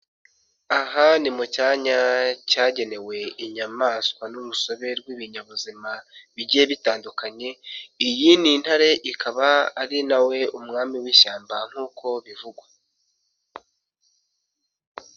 Aha ni mu cyanya cyagenewe inyamaswa n'urusobe rw'ibinyabuzima bigiye bitandukanye, iyi ni intare ikaba ari nawe umwami w'ishyamba nk'uko bivugwa.